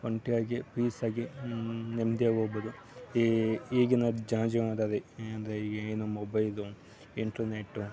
ಒಂಟಿಯಾಗಿ ಪೀಸಾಗಿ ನೇಮ್ದಿಯಾಗಿ ಹೋಗ್ಬೋದು ಈಗಿನ ಜನ ಜೀವನದಲ್ಲಿ ಅಂದರೆ ಏನು ಮೊಬೈಲು ಇಂಟರ್ನೆಟ್ಟು